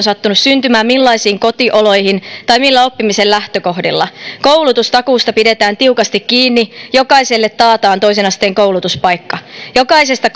sattunut syntymään millaisiin kotioloihin tai millä oppimisen lähtökohdilla koulutustakuusta pidetään tiukasti kiinni jokaiselle taataan toisen asteen koulutuspaikka jokaisesta